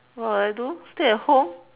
!wah! I don't stay at home